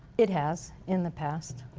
it has in the past.